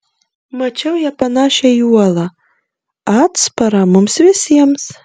mačiau ją panašią į uolą atsparą mums visiems